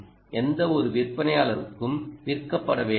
எந்தவொரு விற்பனையாளருக்கும் விற்கப்பட வேண்டாம்